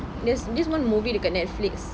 there's this one movie dekat Netflix